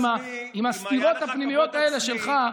עם הסתירות הפנימיות האלה שלך.